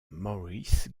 morris